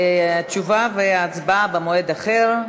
תשובה והצבעה במועד אחר.